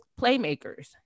playmakers